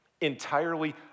entirely